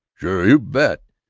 sure, you bet.